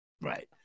Right